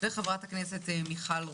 וחברת הכנסת מיכל רוזין.